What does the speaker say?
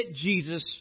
Jesus